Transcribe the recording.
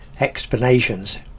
Explanations